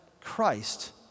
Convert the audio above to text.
Christ